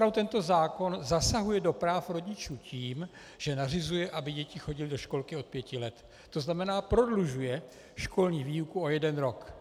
Na druhou stranu tento zákon zasahuje do práv rodičů tím, že nařizuje, aby děti chodily do školky od pěti let, to znamená, prodlužuje školní výuku o jeden rok.